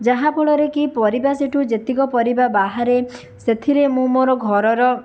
ଯାହାଫଳରେକି ପରିବା ସେଠୁ ଯେତିକ ପରିବା ବାହାରେ ସେଥିରେ ମୁଁ ମୋର ଘରର